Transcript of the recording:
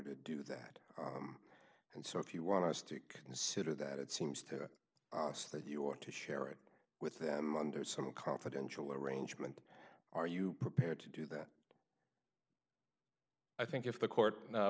to do that and so if you want to stick in sidor that it seems to us that you want to share it with them under some confidential arrangement are you prepared to do that i think if the court